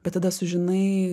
bet tada sužinai